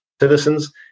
citizens